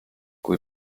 kui